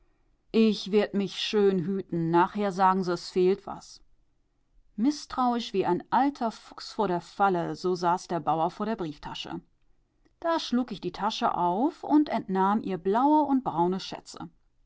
ich werd mich schön hüten nachher sagen se es fehlt was mißtrauisch wie ein alter fuchs vor der falle so saß der bauer vor der brieftasche da schlug ich die tasche auf und entnahm ihr blaue und braune schätze